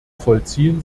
vollziehen